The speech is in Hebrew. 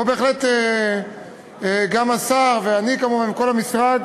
פה בהחלט גם השר, ואני, כמובן, וכל המשרד